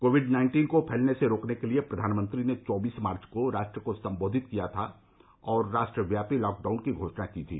Covid nineteen को फैलने से रोकने के लिए प्रधानमंत्री ने चौबीस मार्च को राष्ट्र को सम्बोधित किया था और राष्ट्रव्यापी लॉकडाउन की घोषणा की थी